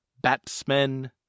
batsmen